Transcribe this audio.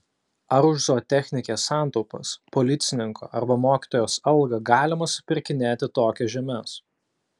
ar už zootechnikės santaupas policininko arba mokytojos algą galima supirkinėti tokias žemes